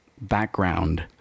background